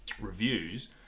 reviews